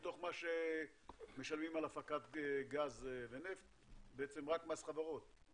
מתוך מה שמשלמים על הפקת גז ונפט בעצם רק גז חברות?